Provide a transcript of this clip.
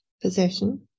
possession